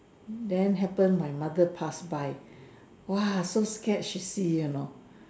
then happened my mother passed by !wah! so scared she see you know